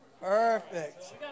perfect